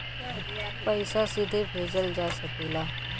पइसा सीधे भेजल जा सकेला